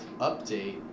update